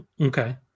Okay